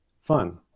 fun